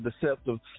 deceptive